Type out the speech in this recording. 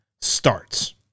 starts